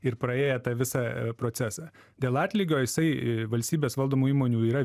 ir praėję tą visą procesą dėl atlygio jisai valstybės valdomų įmonių yra